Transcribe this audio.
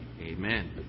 Amen